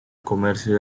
comercio